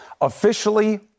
Officially